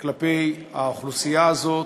כלפי האוכלוסייה הזאת.